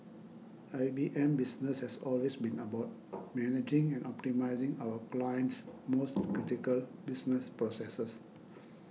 I B M's business has always been about managing and optimising our clients most critical business processes